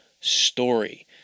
story